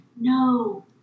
No